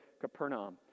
Capernaum